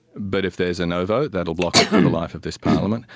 but if there is a no vote, that will block it for the life of this parliament.